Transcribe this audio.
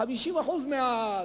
50% מזה.